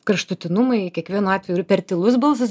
kraštutinumai kiekvienu atveju ir per tylus balsas